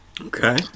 Okay